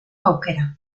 aukera